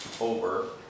over